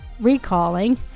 recalling